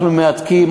אנחנו מהדקים,